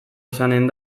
izanen